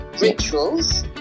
rituals